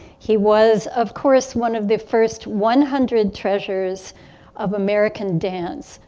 he was of course one of the first one hundred treasures of american dance.